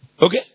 Okay